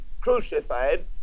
crucified